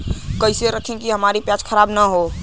कइसे रखी कि हमार प्याज खराब न हो?